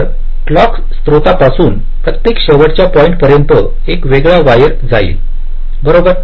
तर क्लॉक स्त्रोतापासून प्रत्येक शेवटच्या पॉइंट पर्यंत एक वेगळा वायर जाईलबरोबर